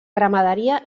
ramaderia